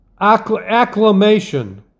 acclamation